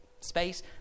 Space